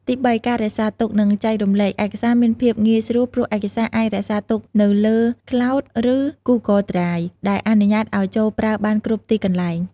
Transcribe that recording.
ទីបី ការរក្សាទុក និងចែករំលែក ឯកសារមានភាពងាយស្រួល ព្រោះឯកសារអាចរក្សាទុកនៅលើ ក្លោដ ឬ ហ្គូហ្គលដ្រាយ ដែលអនុញ្ញាតឱ្យចូលប្រើបានគ្រប់ទីកន្លែង។